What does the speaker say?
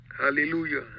Hallelujah